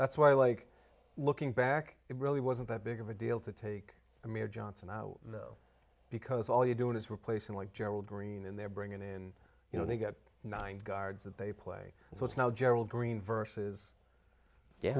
that's why i like looking back it really wasn't that big of a deal to take a mayor johnson i know because all you're doing is replacing like gerald green and they're bringing in you know they get nine guards that they play so it's now gerald green versus